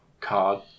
card